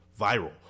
viral